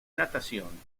natación